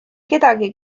kedagi